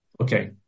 Okay